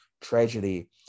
tragedy